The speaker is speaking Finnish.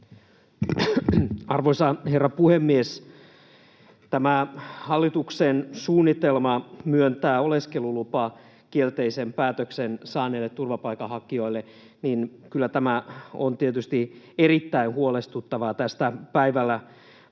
Arvoisa herra puhemies! Tämä hallituksen suunnitelma myöntää oleskelulupa kielteisen päätöksen saaneille turvapaikanhakijoille on kyllä tietysti erittäin huolestuttava. Tästä päivällä